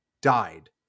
died